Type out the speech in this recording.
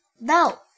No